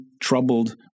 troubled